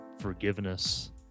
forgiveness